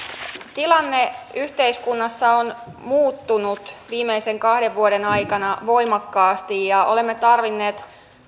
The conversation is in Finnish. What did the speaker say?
tilanne yhteiskunnassa on muuttunut viimeisen kahden vuoden aikana voimakkaasti ja olemme tarvinneet